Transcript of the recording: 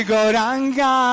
Goranga